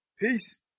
Peace